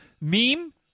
meme